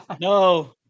No